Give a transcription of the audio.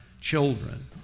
children